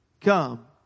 come